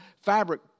fabric